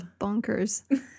bonkers